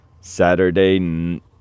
Saturday